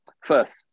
first